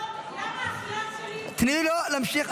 למה אחיין שלי צריך --- תני לו להמשיך.